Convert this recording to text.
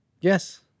yes